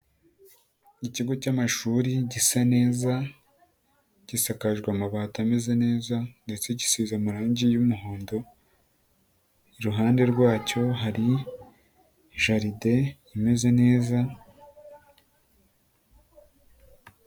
Ikigo cymashuri gisa neza gisakajwe amabati ameze neza ndetse gisize amarangi y'umuhondo iruhande rwacyo hari jaride imeze neza.